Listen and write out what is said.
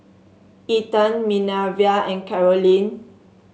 Ethen Minervia and Karolyn